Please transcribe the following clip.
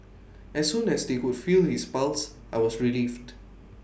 as soon as they could feel his pulse I was relieved